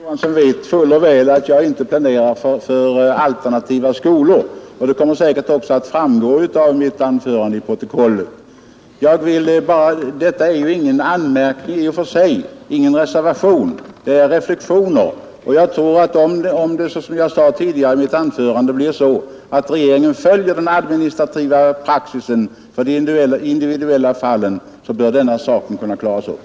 Herr talman! Herr Johansson i Trollhättan vet fuller väl att jag inte pläderar för alternativa skolor. Det kommer säkert också att framgå av protokollet. Detta är ingen anmärkning i och för sig. Det är inte någon reservation, det är bara reflexioner. Om det skulle bli så som jag sade i mitt tidigare anförande att regeringen följer administrativ praxis för de individuella fallen, bör denna sak kunna klaras upp.